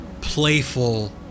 playful